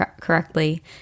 correctly